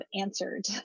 answered